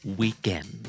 weekend